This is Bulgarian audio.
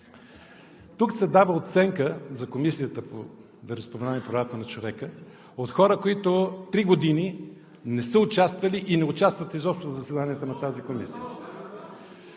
Тук се дава оценка за Комисията по вероизповеданията и правата на човека от хора, които три години не са участвали и не участват изобщо в заседанията на тази комисия.